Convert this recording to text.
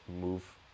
move